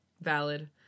Valid